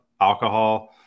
alcohol